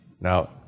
Now